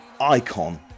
icon